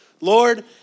Lord